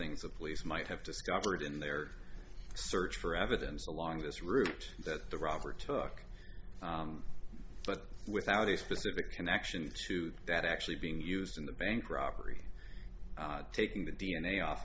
things the police might have discovered in their search for evidence along this route that the robber took but without a specific connection to that actually being used in the bank robbery taking the d n a off